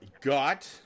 got